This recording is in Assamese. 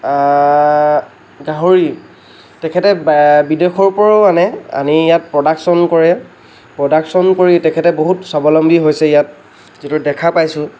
গাহৰি তেখেতে বিদেশৰ পৰাও আনে আনি ইয়াত প্ৰডাকচন কৰে প্ৰডাকচন কৰি তেখেতে বহুত স্বাৱলম্বী হৈছে ইয়াত যিহেতু দেখা পাইছোঁ